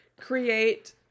create